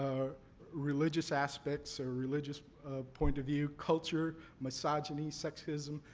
religious aspects, or religious point-of-view, culture, misogyny, sexism.